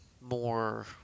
more